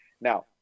Now